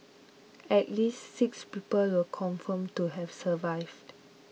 at least six people were confirmed to have survived